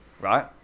Right